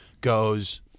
goes